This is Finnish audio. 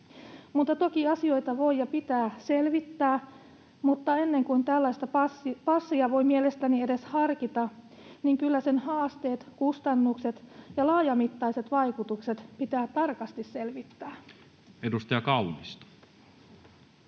Toki asioita voi ja pitää selvittää, mutta ennen kuin tällaista passia voi mielestäni edes harkita, niin kyllä sen haasteet, kustannukset ja laajamittaiset vaikutukset pitää tarkasti selvittää. [Speech 113]